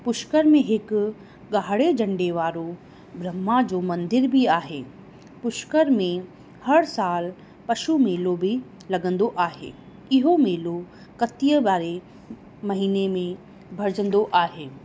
पुष्कर में हिकु गाढ़े झंडे वारो ब्रह्मा जो मंदर बि आहे पुष्कर में हर सालु पशू मेलो बि लॻंदो आहे इहो मेलो कतिअ वारे महीने में भरजंदो आहे